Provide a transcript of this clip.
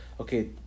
okay